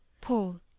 Paul